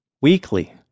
Weekly